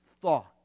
thought